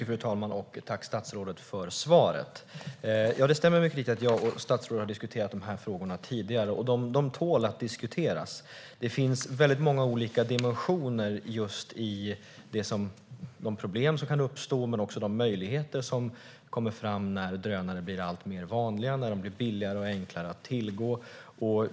Fru talman! Tack, statsrådet, för svaret! Det stämmer mycket riktigt att jag och statsrådet har diskuterat de här frågorna tidigare. De tål att diskuteras. Det finns väldigt många olika dimensioner i de problem som kan uppstå och i de möjligheter som kommer fram när drönare blir vanligare, billigare och enklare att tillgå.